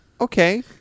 okay